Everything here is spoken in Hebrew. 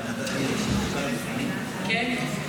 כן.